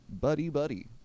buddy-buddy